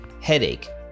headache